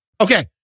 Okay